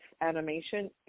animation